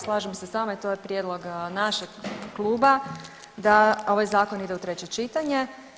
Slažem se sa vama i to je prijedlog našeg kluba, da ovaj zakon ide u treće čitanje.